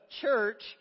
church